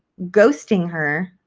ghosting her